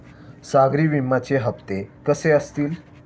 सागरी विम्याचे हप्ते कसे असतील?